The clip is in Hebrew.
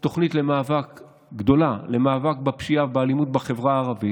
תוכנית גדולה למאבק בפשיעה ובאלימות בחברה הערבית,